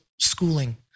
schooling